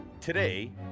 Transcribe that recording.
Today